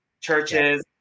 Churches